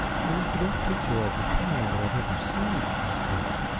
it is the best picture of the kind that i have ever seen, i think.